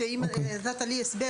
הם שניהם נמצאים באותו מקום,